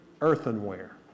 earthenware